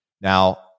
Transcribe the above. Now